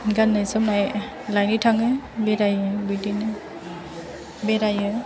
गाननाय जोमनाय लायनो थाङो बेरायो बिदिनो बेरायो